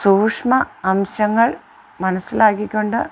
സൂക്ഷ്മ അംശങ്ങൾ മനസ്സിലാക്കിക്കൊണ്ട്